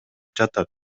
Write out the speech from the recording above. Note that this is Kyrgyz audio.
жатат